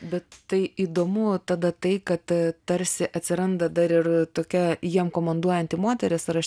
bet tai įdomu tada tai kad tarsi atsiranda dar ir tokia jiem komanduojanti moteris ar aš